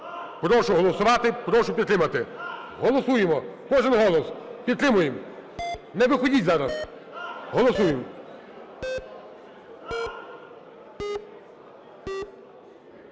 Прошу голосувати, прошу підтримати. Голосуємо, кожен голос, підтримуємо. Не виходьте зараз, голосуємо.